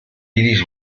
iris